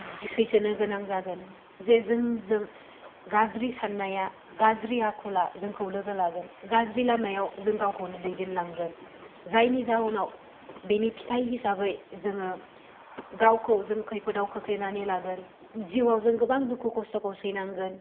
जि सैसोनो गोनां जागोन जे जों जों गाज्रि साननाया गाज्रि आखला जोंखौ लोगो लागोन गाज्रि लामायाव जों गावखौनो दैदेनलांगोन जायनि जाहोनाव बेनि फिथाय हिसाबै जोङो गावखौ जों खैफोदाव खोख्लैनानै लागोन जिउआव जों गोबां दुखु कस्त'खौ सैनांगोन